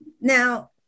Now